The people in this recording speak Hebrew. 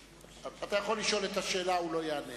אתה יכול לשאול את השאלה, הוא לא יענה.